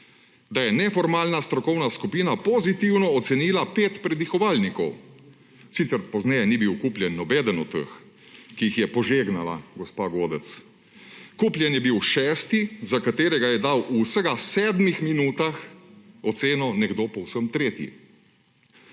da je neformalna strokovna skupina pozitivno ocenila pet predihovalnikov. Sicer pozneje ni bil kupljen nobeden od teh, ki jih je požegnala gospa Godec. Kupljen je bil šesti, za katerega je dal v vsega sedmih minutah oceno nekdo povsem tretji.